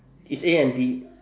it's A N D